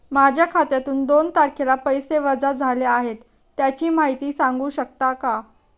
माझ्या खात्यातून दोन तारखेला पैसे वजा झाले आहेत त्याची माहिती सांगू शकता का?